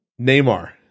Neymar